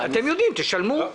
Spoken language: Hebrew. אם אתם יודעים תשלמו.